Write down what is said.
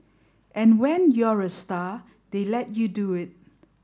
and when you're a star they let you do it